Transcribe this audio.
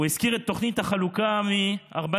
הוא הזכיר את תוכנית החלוקה מ-1947,